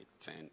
ten